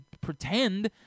pretend